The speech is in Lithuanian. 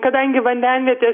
kadangi vandenvietės